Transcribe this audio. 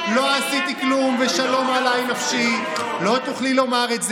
ביטון, בבקשה, תנו לשר לדבר.